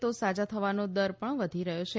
તો સાજા થવાનો દર પણ વધી રહ્યો છે